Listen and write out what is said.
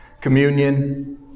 communion